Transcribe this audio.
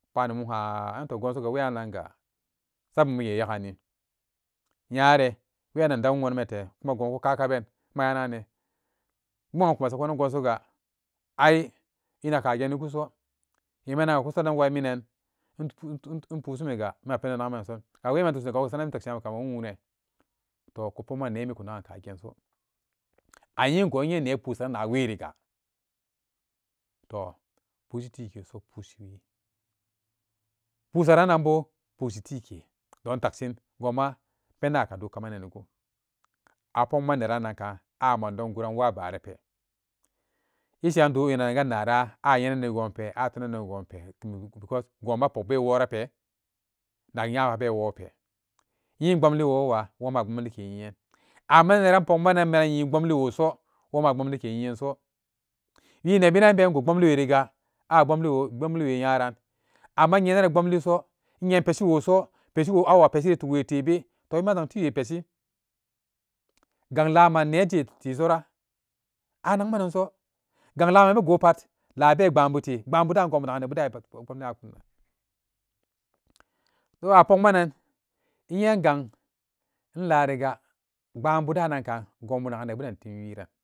Tanu mum haan anto gon soga weyannanga sumumwee yagani nyare wenan inda wuun wonumate guma gonbo kaka ben mayanagane pbung an kumasakuron gonsoga ai inakkagennigonso yemenanga weyan minan intu-inpusumiga minan a pedon ku saron wuunne toh kupokmanan nemi ku nagan kagenso a nyingo inye nepusan naweeriga tooh pushi tikeso pushi wii pusara nanbo pushi tiike don takshin gonma penden ate do kamanani gon a pokman neran nakkan a mandon guran waa baara tee ishiran indo yenan ganaran ayenani gon pe atunanani gonpe because gon ma bee wora pee nak nyamabe wope nyibomliwowa wonma abomlike nye amma neran pokmanan a nyi bomliwoso woma a bomlike nyinanso wi nebinanben ingu bomliweriga abomli wo bomli we nyaran amma innyeran bomliso inye peshi we so peshi wo awa peshi ri tukwe be toh wima inzang tiwe peshi gang laman nee jee tesora anakmananso gang laman begopat laa beepbaan butepbaan budan gonbu nagan nebudan e bomli nyakunan don a pokmanan inyee gang inlaanga pbaan budan nankan gombu nagan nebuden timwiran